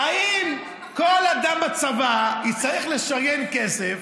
האם כל אדם בצבא יצטרך לשריין כסף